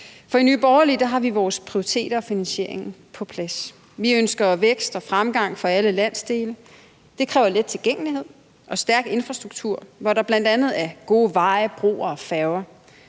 for i Nye Borgerlige har vi vores prioriteter og finansieringen på plads. Vi ønsker vækst og fremgang for alle landsdele. Det kræver let tilgængelighed og en stærk infrastruktur, hvor der bl.a. er gode veje, broer og færger.